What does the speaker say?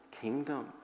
kingdom